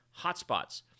hotspots